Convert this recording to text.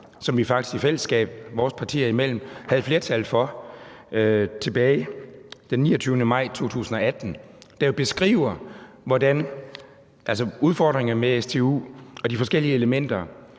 som vi faktisk i fællesskab vores partier imellem havde flertal for tilbage til den 29. maj 2018, der beskriver udfordringer med stu og de forskellige elementer,